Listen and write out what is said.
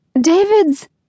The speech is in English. David's-